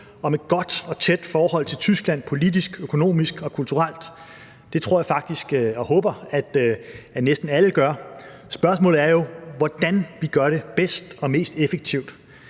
om et godt og tæt forhold til Tyskland politisk, økonomisk og kulturelt. Det tror og håber jeg faktisk næsten alle gør. Spørgsmålet er jo, hvordan vi gør det bedst og mest effektivt.